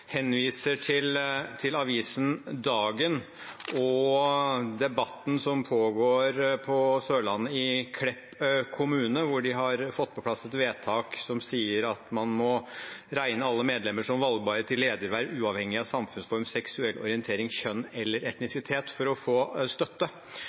debatten som pågår på Sør-Vestlandet, i Klepp kommune, hvor de har fått på plass et vedtak som sier at man må regne alle medlemmer som valgbare til lederverv, uavhengig av samlivsform, seksuell orientering, kjønn eller